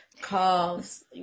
Cause